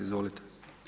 Izvolite.